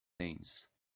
names